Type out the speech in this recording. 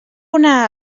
una